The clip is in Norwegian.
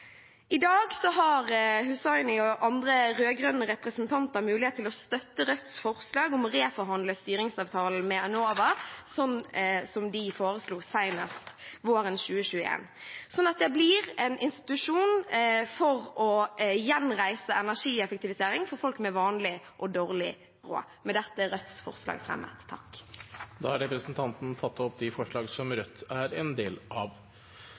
I dag har Hussaini og andre rød-grønne representanter mulighet til å støtte Rødts forslag om å reforhandle styringsavtalen med Enova, slik de foreslo senest våren 2021, sånn at det blir en institusjon for å gjenreise energieffektivisering for folk med vanlig og dårlig råd. Med dette er Rødts forslag fremmet. Da har representanten Sofie Marhaug tatt opp de forslagene hun refererte til. Energieffektivisering er noe av